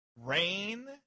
rain